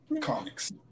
Comics